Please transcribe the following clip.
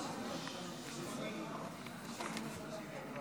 שלושה מתנגדים,